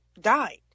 died